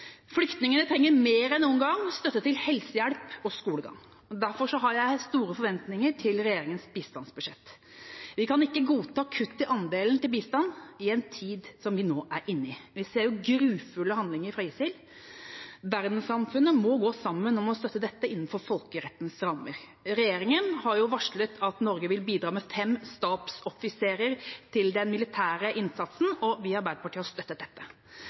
Flyktningene trenger mer enn noen gang støtte til helsehjelp og skolegang. Derfor har jeg store forventninger til regjeringas bistandsbudsjett. Vi kan ikke godta kutt i andelen til bistand i en tid som vi nå er inne i. Vi ser grufulle handlinger fra ISIL. Verdenssamfunnet må gå sammen om å bekjempe dem innenfor folkerettens rammer. Regjeringa har varslet at Norge vil bidra med fem stabsoffiserer til den militære innsatsen, og vi i Arbeiderpartiet har støttet dette.